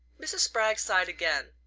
mrs. spragg sighed again.